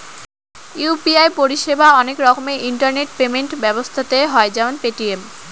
UPI পরিষেবা অনেক রকমের ইন্টারনেট পেমেন্ট ব্যবস্থাতে হয় যেমন পেটিএম